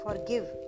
Forgive